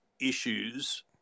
issues